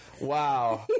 Wow